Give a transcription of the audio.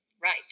Right